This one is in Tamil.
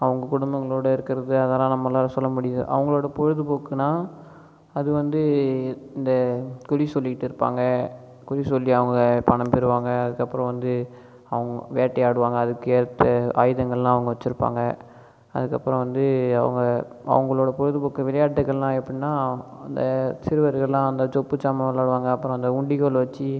அவங்க குடும்பங்களோடு இருக்கிறது அதெல்லாம் நம்மளால் சொல்ல முடியலை அவங்களோட பொழுதுபோக்குனால் அது வந்து இந்த குறி சொல்லிகிட்டு இருப்பாங்க குறி சொல்லி அவங்க பணம் பெறுவாங்க அதுக்கப்புறம் வந்து அவங்க வேட்டையாடுவாங்க அதுக்கு ஏற்ற ஆயுதங்கள்லாம் அவங்க வச்சிருப்பாங்க அதுக்கப்புறம் வந்து அவங்க அவங்களோட பொழுதுபோக்கு விளையாட்டுகள்லாம் எப்படினால் அந்த சிறுவர்கள்லாம் அந்த சொப்புச்சாமான் விளையாடுவாங்க அப்புறம் அந்த உண்டிக்கோல் வெச்சு